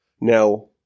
Now